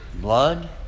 blood